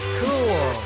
cool